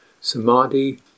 samadhi